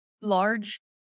large